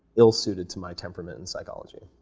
ill-suited to my temperament in psychology,